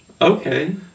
Okay